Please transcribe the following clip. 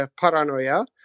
paranoia